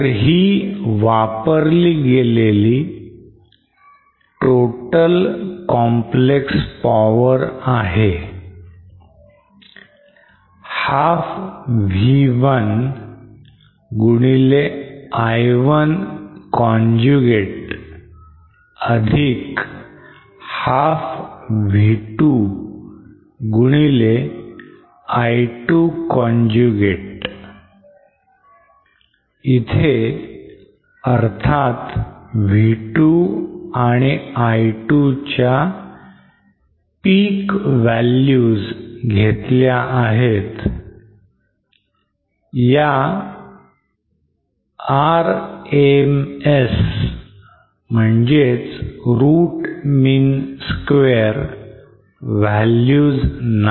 तर ही वापरली गेलेली total complex power आहे half V 1 I 1 conjugate अधिक half V 2 I 2 conjugate इथे अर्थात V 2 and I 2 च्या peak values घेतल्या आहेत R M S values नाही